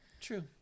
true